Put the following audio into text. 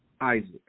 Isaac